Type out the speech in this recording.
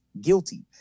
guilty